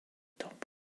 top